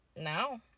now